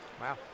Wow